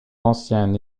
ancien